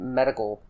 medical